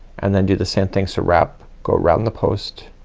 and then do the same thing. so wrap, go around the post,